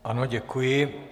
Ano, děkuji.